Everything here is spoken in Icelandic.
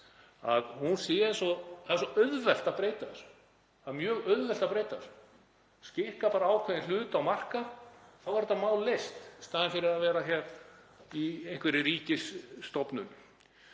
ójafnt að — það er svo auðvelt að breyta þessu. Það er mjög auðvelt að breyta þessu. Skikka bara ákveðinn hlut á markað, þá er þetta mál leyst. Í staðinn fyrir að vera hér með einhverja ríkisstofnun.